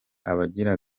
abagira